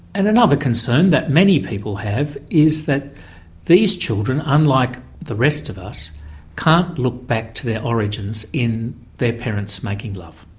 and another concern that many people have is that these children unlike the rest of us can't look back to their origins in their parents making love.